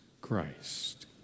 Christ